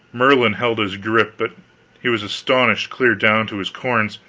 merlin held his grip, but he was astonished clear down to his corns